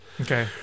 Okay